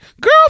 girl